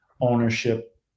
ownership